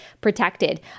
protected